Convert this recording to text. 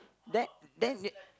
that then